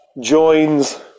joins